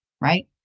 right